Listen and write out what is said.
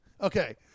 Okay